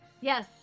Yes